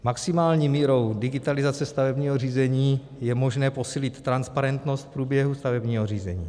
Maximální mírou digitalizace stavebního řízení je možné posílit transparentnost průběhu stavebního řízení.